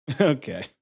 Okay